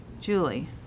Julie